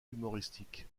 humoristiques